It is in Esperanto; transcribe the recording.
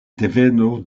deveno